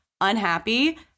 unhappy